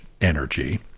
energy